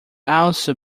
also